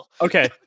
Okay